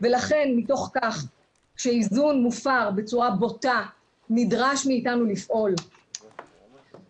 שמעתי את העדויות וצר לי על כל אחת ואחת מהן,